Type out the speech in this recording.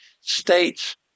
states